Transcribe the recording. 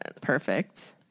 Perfect